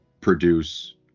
produce